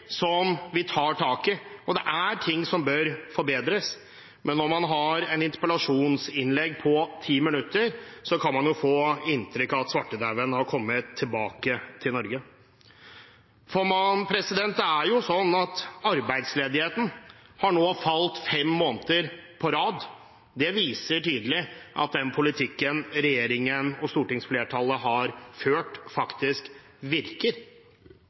som vi tar tak i, og det er ting som bør forbedres, men av interpellasjonsinnlegget på ti minutter kan man jo få inntrykk av at svartedauden har kommet tilbake til Norge. Arbeidsledigheten har nå falt fem måneder på rad. Det viser tydelig at den politikken regjeringen og stortingsflertallet har ført, faktisk virker.